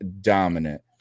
dominant